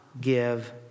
give